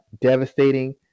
devastating